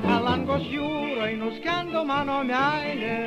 palangos jūroj nuskendo mano meilė